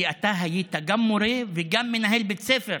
כי אתה היית גם מורה וגם מנהל בית ספר